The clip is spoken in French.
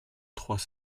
trois